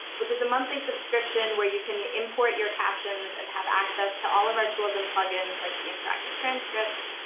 which is a monthly subscription where you can import your captions and have access to all of our tools and plug-ins like the interactive transcripts.